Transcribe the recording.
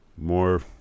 More